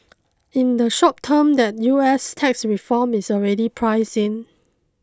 in the short term the US tax reform is already priced in